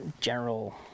general